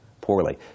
poorly